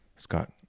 Scott